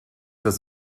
das